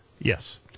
Yes